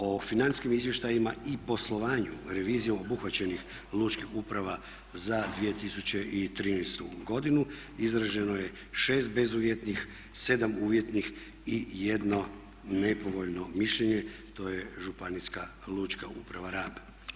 O financijskim izvještajima i poslovanju revizijom obuhvaćenih lučkih uprava za 2013. godinu izraženo je 6 bezuvjetnih, 7 uvjetnih i 1 nepovoljno mišljenje, to je Županijska lučka uprava Rab.